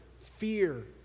fear